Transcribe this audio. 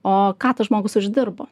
o ką tas žmogus uždirbo